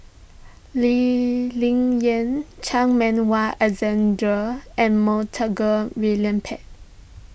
Lee Ling Yen Chan Meng Wah Alexander and Montague William Pett